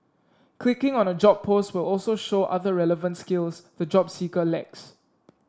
clicking on a job post will also show other relevant skills the job seeker lacks